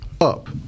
up